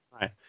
Right